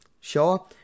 sure